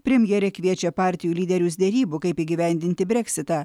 premjerė kviečia partijų lyderius derybų kaip įgyvendinti breksitą